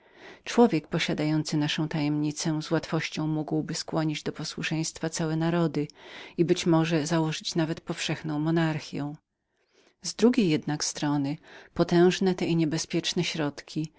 człowiek posiadający naszą tajemnicę z łatwością mógłby skłonić do posłuszeństwa całe narody i być może założyć nawet uniwersalną monarchiję z drugiej jednak strony potężne te i niebezpieczne środki